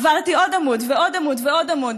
עברתי עוד עמוד ועוד עמוד ועוד עמוד.